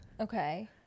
okay